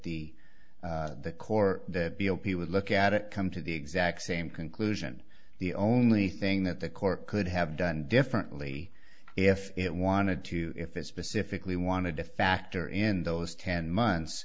the the core that he would look at it come to the exact same conclusion the only thing that the court could have done differently if it wanted to if it specifically wanted to factor in those ten months